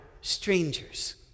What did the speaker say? strangers